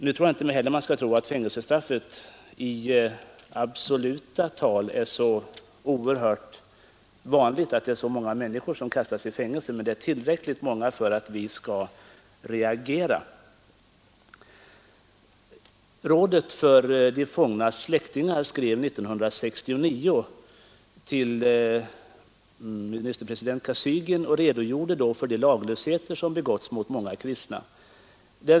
Man skall inte utgå från att fängelsestraffen, räknade i absoluta tal, är så oerhört vanliga. Men de är tillräckligt många för att vi skall reagera. Rådet för de fångnas släktingar skrev 1969 till ministerpresident Kosygin och redogjorde för de laglösheter som begåtts mot många kristna.